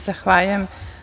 Zahvaljujem.